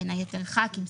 בין היתר חברי כנסת,